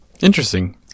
Interesting